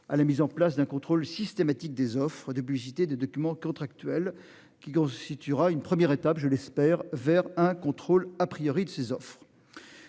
à la mise en place d'un contrôle systématique des offres de publicité des documents contractuels qui constituera une première étape, je l'espère vers un contrôle a priori de ces offres.